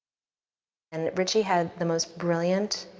and ritchie had the most brilliant,